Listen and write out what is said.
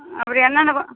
அப்படி என்னென்ன போ